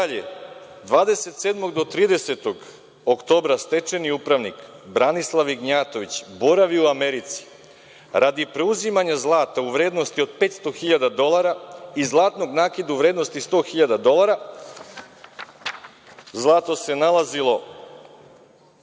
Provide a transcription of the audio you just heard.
27. do 30. oktobra stečajni upravnik Branislav Ignjatović boravi u Americi radi preuzimanja zlata u vrednosti od 500 hiljada dolara i zlatnog nakita u vrednosti od 100 hiljada dolara. Zlato se nalazilo